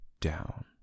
down